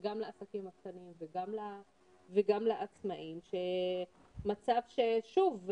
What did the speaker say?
גם לעסקים הקטנים וגם לעצמאים, מצב, שוב,